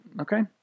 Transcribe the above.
Okay